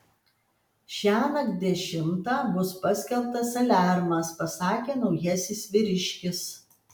šiąnakt dešimtą bus paskelbtas aliarmas pasakė naujasis vyriškis